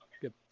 Good